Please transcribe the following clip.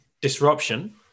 disruption